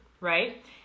right